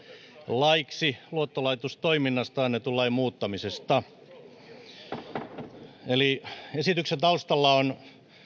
laiksi luottolaitostoiminnasta annetun lain muuttamisesta esityksen taustalla on